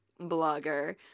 blogger